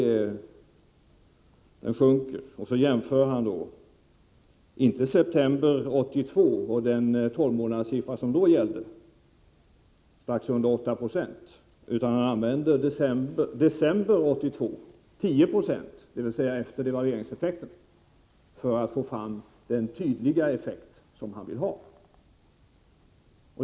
Men han jämför inte med den tolvmånaderssiffra som gällde i september 1982, strax under 8 26, utan med den som gällde i december 1982, dvs. efter devalveringseffekten, nämligen 10 26, för att få fram den tydliga effekt som han vill visa.